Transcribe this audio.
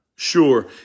Sure